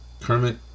Kermit